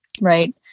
right